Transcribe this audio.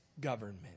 government